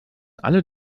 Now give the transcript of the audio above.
alle